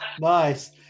Nice